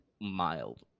mild